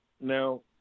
Now